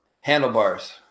handlebars